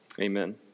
Amen